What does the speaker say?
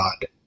God